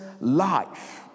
life